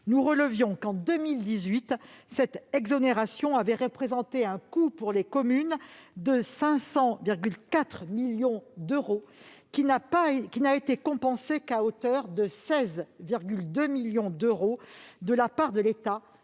nous relevions qu'en 2018 cette exonération avait représenté un coût pour les communes de 500,4 millions d'euros, qui n'a été compensé qu'à hauteur de 16,2 millions d'euros de la part de l'État,